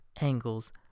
angles